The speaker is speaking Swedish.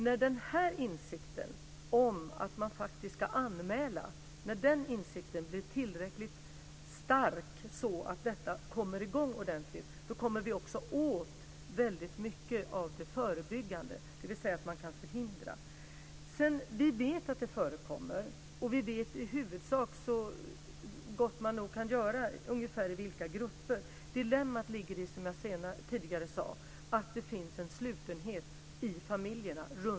När den här insikten om att man faktiskt ska anmäla blir tillräckligt stark så att detta kommer i gång ordentligt, då kommer vi också åt väldigt mycket av det förebyggande, dvs. att man kan förhindra detta. Vi vet att detta förekommer, och vi vet ungefär i vilka grupper. Dilemmat ligger i, som jag tidigare sade, att det finns en slutenhet i familjerna.